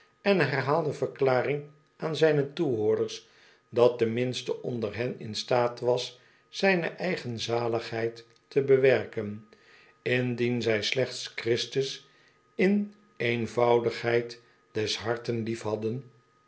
en herhaalde verklaring aan zijne toehoorders dat cle minste onder hen in staat was zijne eigen zaligheid te bewerken indien zij slechts christus in eenvoudigheid des harten